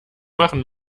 machen